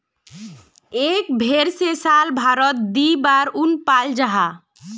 एक भेर से साल भारोत दी बार उन पाल जाहा